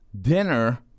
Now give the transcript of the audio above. dinner